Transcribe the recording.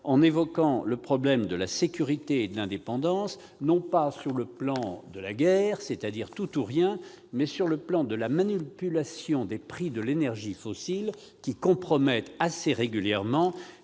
en évoquant le problème de la sécurité et de l'indépendance, sur le plan non pas de la guerre- c'est-à-dire tout ou rien -, mais de la manipulation des prix de l'énergie fossile, qui compromet assez régulièrement